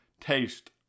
taste